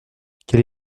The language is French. quel